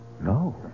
No